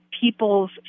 people's